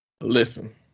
Listen